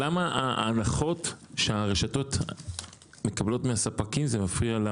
למה ההנחות שהרשתות מקבלות מהספקים זה מפריע?